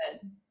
good